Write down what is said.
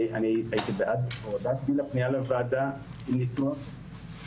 הייתי בעד הורדת גיל הפנייה לוועדה לניתוח.